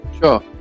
sure